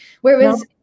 Whereas